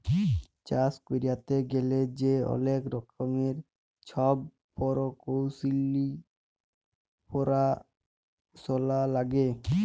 চাষ ক্যইরতে গ্যালে যে অলেক রকমের ছব পরকৌশলি পরাশলা লাগে